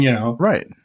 Right